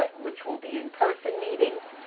which will be in-person meetings,